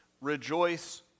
rejoice